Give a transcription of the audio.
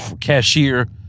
cashier